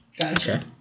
Gotcha